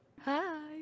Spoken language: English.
Hi